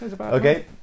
Okay